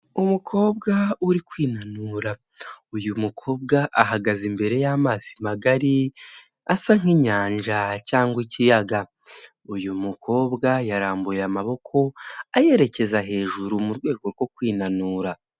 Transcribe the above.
Umukobwa uri kwinanura, uyu mukobwa ahagaze imbere y'amazi magari asa nk'inyanja cyangwa ikiyaga, uyu mukobwa yarambuye amaboko ayerekeza hejuru mu rwego rwo kwinanura.